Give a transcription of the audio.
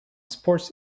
sports